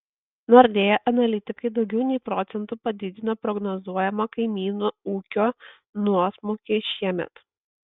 nordea analitikai daugiau nei procentu padidino prognozuojamą kaimynų ūkio nuosmukį šiemet